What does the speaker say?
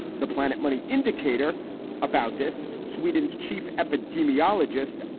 the planet money indicator about this, sweden's chief epidemiologist,